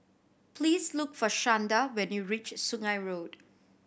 please look for Shanda when you reach Sungei Road